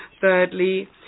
Thirdly